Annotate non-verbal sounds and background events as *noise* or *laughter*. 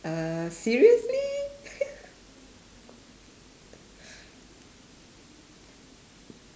uh seriously *laughs*